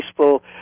peaceful